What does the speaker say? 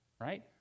right